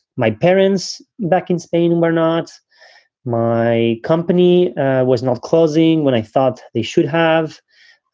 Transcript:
my parents back in spain were not my company was not closing when i thought they should have.